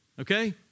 Okay